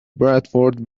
bradford